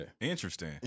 Interesting